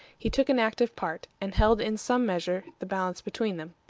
he took an active part, and held in some measure the balance between them.